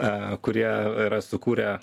a kurie yra sukūrę